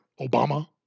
Obama